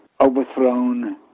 overthrown